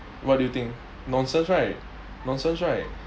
what do you think nonsense right nonsense right